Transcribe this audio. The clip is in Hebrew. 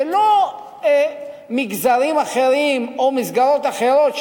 זה לא מגזרים אחרים או מסגרות אחרות,